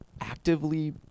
actively